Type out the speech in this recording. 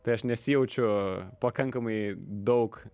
tai aš nesijaučiu pakankamai daug